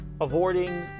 avoiding